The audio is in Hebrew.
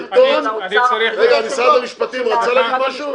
משרד המשפטים רוצה להגיד משהו?